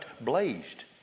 blazed